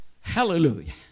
Hallelujah